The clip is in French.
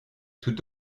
tout